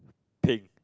think